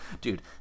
Dude